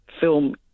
film